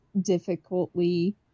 difficultly